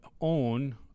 own